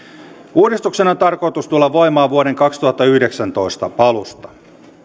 uudistuksen on tarkoitus tulla voimaan vuoden kaksituhattayhdeksäntoista alusta